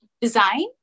design